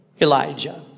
Elijah